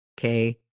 Okay